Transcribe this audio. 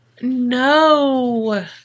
No